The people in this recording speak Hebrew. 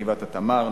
גבעת-התמר,